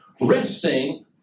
resting